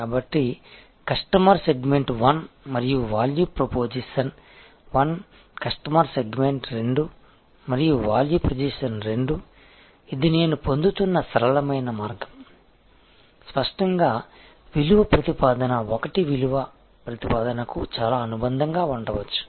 కాబట్టి customer segment 1 మరియు value proposition 1 customer segment 2 మరియు వాల్యూ ప్రొపోజిషన్ 2 ఇది నేను పొందుతున్న సరళమైన మార్గం స్పష్టంగా విలువ ప్రతిపాదన 1 విలువ ప్రతిపాదనకు చాలా అనుబంధంగా ఉండవచ్చు